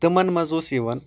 تِمَن منٛز اوس یِوان